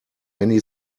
many